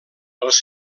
els